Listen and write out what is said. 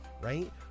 right